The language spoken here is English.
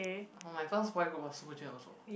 oh my first boy group was Super-Junior also